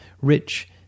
rich